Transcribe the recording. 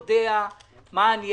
לצערי הרב הוא לא יושם.